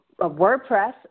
WordPress